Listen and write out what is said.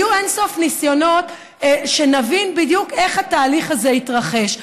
אין-סוף ניסיונות שנבין בדיוק איך התהליך הזה יתרחש,